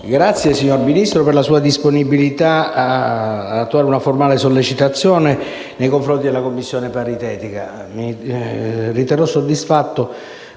la ringrazio per la sua disponibilità ad attuare una formale sollecitazione nei confronti dalla Commissione paritetica.